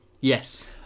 Yes